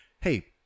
Hey